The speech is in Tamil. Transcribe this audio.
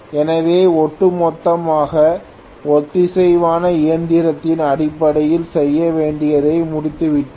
எனவே ஒட்டுமொத்தமாக ஒத்திசைவான இயந்திரத்தின் அடிப்படையில் செய்ய வேண்டியதை முடித்துவிட்டோம்